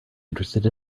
interested